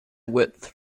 width